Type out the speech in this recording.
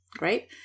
right